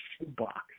shoebox